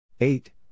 Eight